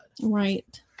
right